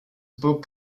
book